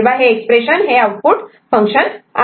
तेव्हा हे expression output function आहे